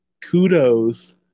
kudos